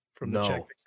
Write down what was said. No